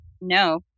no